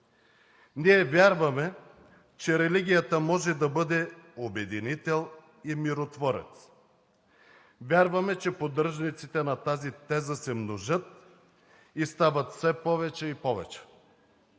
Ние вярваме, че религията може да бъде обединител и миротворец. Вярваме, че поддръжниците на тази теза се множат и стават все повече и повече.